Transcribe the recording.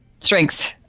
strength